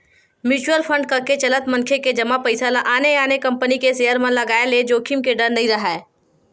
mutual fund कके चलत मनखे के जमा पइसा ल आने आने कंपनी के सेयर म लगाय ले जोखिम के डर नइ राहय